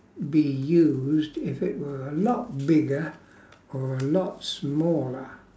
be used if it were a lot bigger or a lot smaller